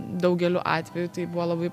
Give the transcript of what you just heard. daugeliu atvejų tai buvo labai